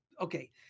okay